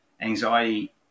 anxiety